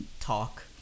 talk